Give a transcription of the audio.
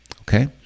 okay